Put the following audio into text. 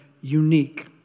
unique